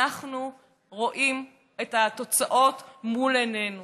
אנחנו רואים את התוצאות מול עינינו